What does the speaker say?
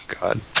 God